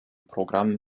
programm